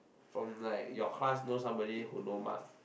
from like your class know somebody who know ma